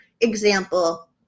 example